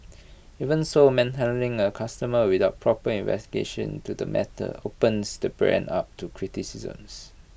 even so manhandling A customer without proper investigation into the matter opens the brand up to criticisms